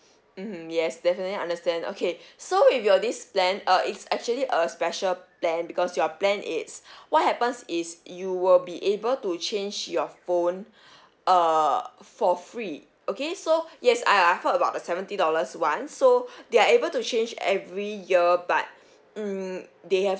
mmhmm yes definitely understand okay so with your this plan uh it's actually a special plan because your plan it's what happens is you will be able to change your phone err for free okay so yes I I've heard about the seventy dollars [one] so they are able to change every year but mm they have